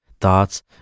thoughts